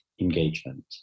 engagement